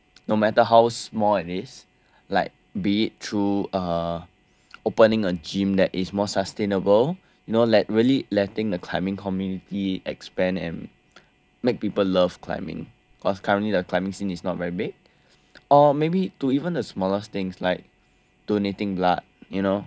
no matter how small it is like be it through uh opening a gym that is more sustainable you know like really letting the climbing community expand and make people love climbing cause currently the climbing scene is not very big or maybe to even the smallest things like donating blood you know